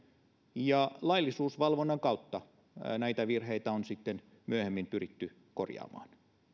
ja laillisuusvalvonnan kautta näitä virheitä on sitten myöhemmin pyritty korjaamaan